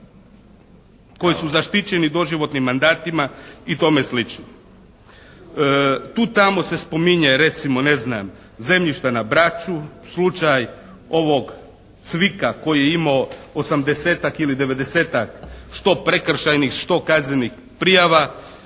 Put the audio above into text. koji su zaštićeni doživotnim mandatima i tome slično. Tu i tamo se spominje recimo ne znam zemljišta na Braču, slučaj ovog Cvika koji je imao osamdesetak ili devedesetak što prekršajnih, što kaznenih prijava